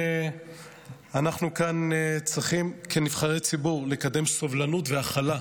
שאנחנו צריכים, כנבחרי ציבור, לקדם סובלנות והכלה.